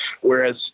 Whereas